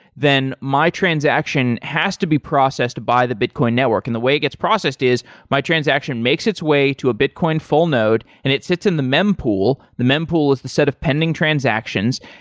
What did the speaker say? then my transaction has to be processed by the bitcoin network and the way it gets processed is my transactions makes its way to a bitcoin full node and it sits in the mempool, the mempool is the set of pending transactions.